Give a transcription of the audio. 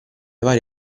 vari